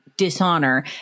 Dishonor